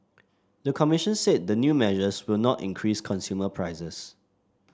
the commission said the new measures will not increase consumer prices